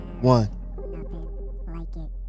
one